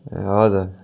ए हजुर